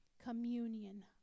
communion